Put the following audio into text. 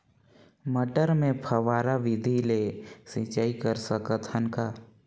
मटर मे फव्वारा विधि ले सिंचाई कर सकत हन का?